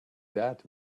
that